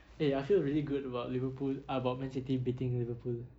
eh I feel really good about liverpool ah about man city beating liverpool